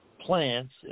plants